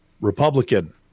Republican